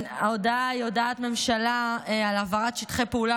ההודעה היא הודעת ממשלה על העברת שטחי פעולה